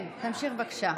כן, תמשיך, בבקשה.